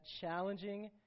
challenging